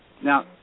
Now